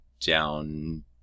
down